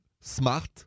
smart